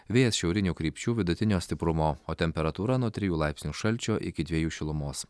vėjas šiaurinių krypčių vidutinio stiprumo o temperatūra nuo trijų laipsnių šalčio iki dviejų šilumos